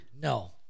No